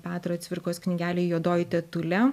petro cvirkos knygelėj juodoji tetulė